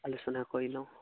আলোচনা কৰি লওঁ